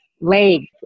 leg